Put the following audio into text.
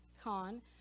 Khan